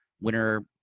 winner